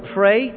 pray